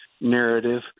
narrative